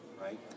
right